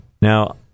Now